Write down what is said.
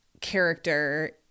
character